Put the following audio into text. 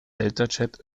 deltachat